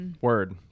Word